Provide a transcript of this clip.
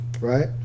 right